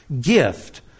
gift